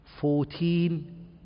fourteen